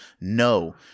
No